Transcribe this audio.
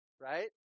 right